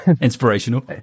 Inspirational